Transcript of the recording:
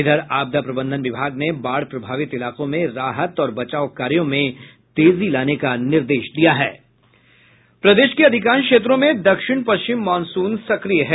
उधर आपदा प्रबंधन विभाग ने बाढ़ प्रभावित इलाकों में राहत और बचाव कार्यों में तेजी लाने का निर्देश दिया है प्रदेश के अधिकांश क्षेत्रों में दक्षिण पश्चिम मॉनसून सक्रिय है